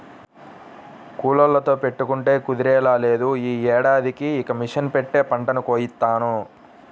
కూలోళ్ళతో పెట్టుకుంటే కుదిరేలా లేదు, యీ ఏడాదికి ఇక మిషన్ పెట్టే పంటని కోయిత్తాను